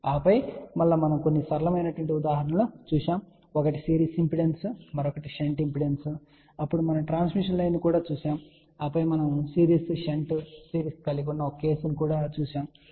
ఆపై మనము కొన్ని సరళమైన ఉదాహరణలను చూశాము ఒకటి సిరీస్ ఇంపిడెన్స్ మరొకటి షంట్ ఇంపిడెన్స్ అప్పుడు మనము ట్రాన్స్మిషన్ లైన్ ను చూశాము ఆపై మనము సిరీస్ షంట్ సిరీస్ కలిగి ఉన్న ఒక కేసును కూడా చూశాము సరే